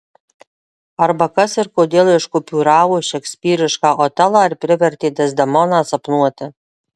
arba kas ir kodėl iškupiūravo šekspyrišką otelą ir privertė dezdemoną sapnuoti